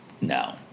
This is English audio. No